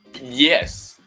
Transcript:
Yes